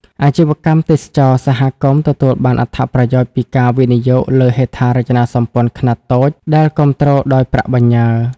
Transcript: អាជីវកម្មទេសចរណ៍សហគមន៍ទទួលបានអត្ថប្រយោជន៍ពីការវិនិយោគលើហេដ្ឋារចនាសម្ព័ន្ធខ្នាតតូចដែលគាំទ្រដោយប្រាក់បញ្ញើ។